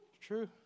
true